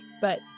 but-